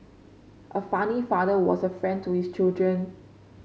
a funny father was a friend to his children